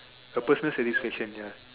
a personal satisfaction ya